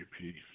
peace